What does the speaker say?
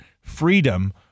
freedom